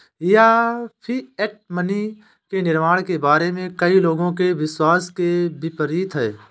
यह fiat money के निर्माण के बारे में कई लोगों के विश्वास के विपरीत है